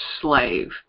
slave